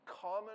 common